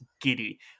giddy